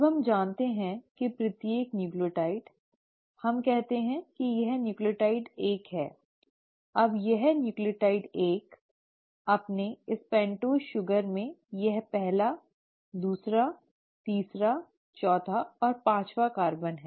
अब हम जानते हैं कि प्रत्येक न्यूक्लियोटाइड हम कहते हैं कि यह न्यूक्लियोटाइड 1 है अब यह न्यूक्लियोटाइड 1 अपने इस पेन्टोस शुगर में यह पहला दूसरा तीसरा चौथा और पाँचवा कार्बन है